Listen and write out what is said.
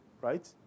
right